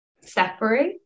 separate